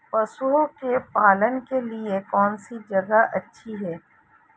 पशुओं के पालन के लिए कौनसी जगह अच्छी है?